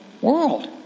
world